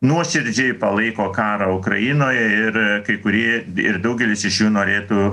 nuoširdžiai palaiko karą ukrainoje ir kai kurie ir daugelis iš jų norėtų